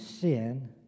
sin